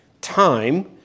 time